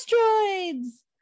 asteroids